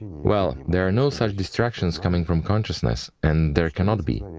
well, there are no such distractions coming from consciousness and there cannot be.